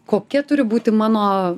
kokia turi būti mano